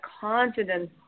confidence